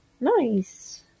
Nice